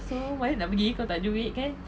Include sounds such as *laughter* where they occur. *breath*